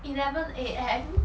eleven A_M